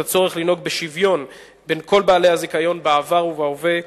את הצורך לנהוג בשוויון בין כל בעלי הזיכיון בעבר ובהווה,